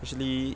actually